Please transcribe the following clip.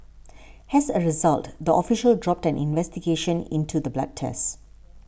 has a result the official dropped an investigation into the blood test